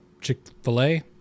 Chick-fil-A